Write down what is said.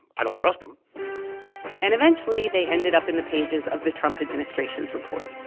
i don't trust him and eventually, they ended up in the pages of the trump administration's report